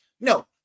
No